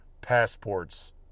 passports